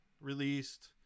released